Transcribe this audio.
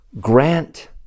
Grant